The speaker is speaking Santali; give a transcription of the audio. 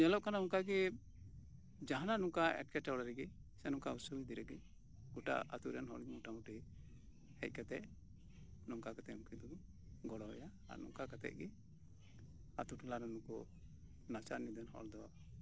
ᱛᱮ ᱧᱮᱞᱚᱜ ᱠᱟᱱᱟ ᱚᱱᱠᱟ ᱜᱮ ᱡᱟᱦᱟᱱᱟᱜ ᱚᱱᱠᱟ ᱮᱴᱠᱮᱴᱚᱬᱮ ᱨᱮᱜᱮ ᱱᱚᱝᱠᱟ ᱚᱥᱩᱵᱤᱫᱷᱟ ᱨᱮᱜᱮ ᱜᱚᱴᱟ ᱟᱹᱛᱳ ᱨᱮᱱ ᱦᱚᱲ ᱢᱳᱴᱟᱢᱩᱴᱤ ᱦᱮᱡ ᱠᱟᱛᱮ ᱱᱚᱝᱠᱟ ᱠᱟᱛᱮ ᱩᱱᱠᱩ ᱫᱚᱠᱚ ᱜᱚᱲᱚᱟᱭᱟ ᱚᱱᱠᱟ ᱠᱟᱛᱮ ᱜᱮ ᱟᱹᱛᱳ ᱴᱚᱞᱟ ᱨᱮᱱ ᱩᱱᱠᱩ ᱱᱟᱪᱟᱨ ᱱᱤᱫᱷᱟᱹᱱ ᱦᱚᱲ ᱫᱚ